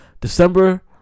December